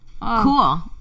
Cool